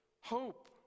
hope